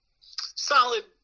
Solid